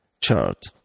chart